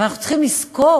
אבל אנחנו צריכים לזכור